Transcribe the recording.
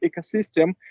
ecosystem